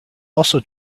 also